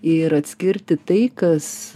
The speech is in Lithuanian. ir atskirti tai kas